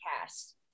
cast